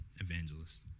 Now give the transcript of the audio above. evangelist